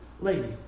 lady